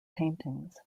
paintings